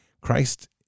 Christ